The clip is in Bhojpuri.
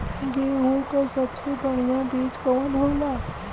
गेहूँक सबसे बढ़िया बिज कवन होला?